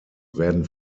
werden